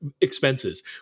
expenses